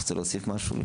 אתה רוצה להוסיף משהו?